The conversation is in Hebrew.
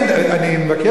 אני מבקש ממך,